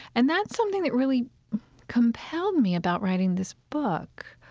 and that's something that really compelled me about writing this book.